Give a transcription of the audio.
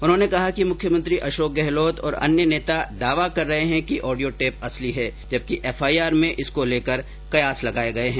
उन्होंने कहा कि मुख्यमंत्री अशोक गहलोत और अन्य नेता दावा कर रहे हैं कि ऑडियो टेप असली है जबकि एफआईआर में इसको लेकर कयास ये लगाए गए हैं